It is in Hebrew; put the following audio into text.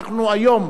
היום,